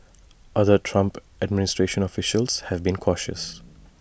other Trump administration officials have been cautious